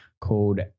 called